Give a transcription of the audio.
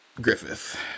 Griffith